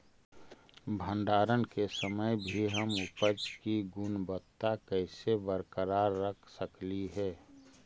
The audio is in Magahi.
भंडारण के समय भी हम उपज की गुणवत्ता कैसे बरकरार रख सकली हे?